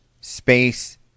space